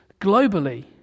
globally